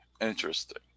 interesting